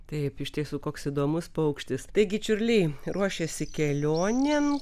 taip iš tiesų koks įdomus paukštis taigi čiurliai ruošiasi kelionėn